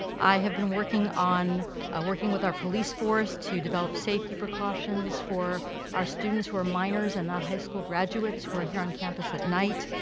i have been working on working with our police force to develop safety precautions for our students who are minors and not high school graduates who are here on campus at night